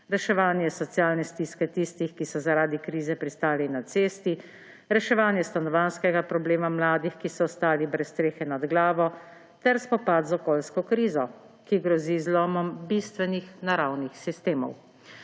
reševanje socialne stiske tistih, ki so zaradi krize pristali na cesti, reševanje stanovanjskega problema mladih, ki so ostali brez strehe nad glavo, ter spopad z okoljsko krizo, ki grozi z zlomom bistvenih naravnih sistemov.